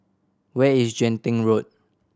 where is Genting Road